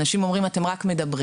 אנשים אומרים אתם רק מדברים.